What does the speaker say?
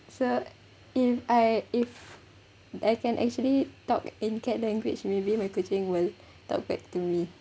so if I if I can actually talk in cat language maybe my kucing will talk back to me